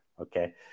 okay